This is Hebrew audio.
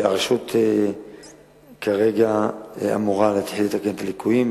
והרשות כרגע אמורה להתחיל לתקן את הליקויים,